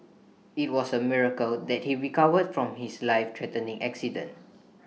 IT was A miracle that he recovered from his lifethreatening accident